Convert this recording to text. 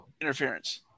interference